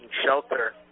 shelter